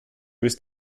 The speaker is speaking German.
ist